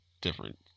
different